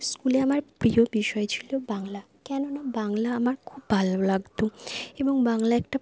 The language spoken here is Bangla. স্কুলে আমার প্রিয় বিষয় ছিলো বাংলা কেননা বাংলা আমার খুব ভালো লাগতো এবং বাংলা একটা